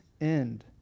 end